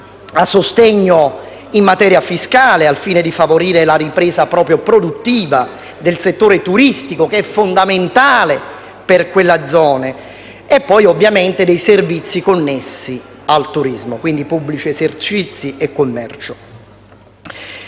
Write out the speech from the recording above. misure in materia fiscale al fine di favorire la ripresa produttiva del settore turistico, che è fondamentale per quella zona, e poi, ovviamente, dei servizi connessi al turismo, pubblici esercizi e commercio.